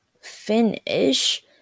finish